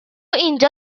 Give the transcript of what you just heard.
اینجا